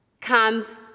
comes